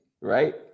right